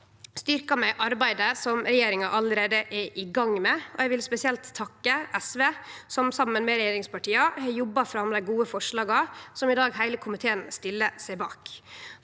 styrkjer vi arbeidet som regjeringa allereie er i gang med. Eg vil spesielt takke SV, som saman med regjeringspartia har jobba fram dei gode forslaga som i dag heile komiteen stiller seg bak,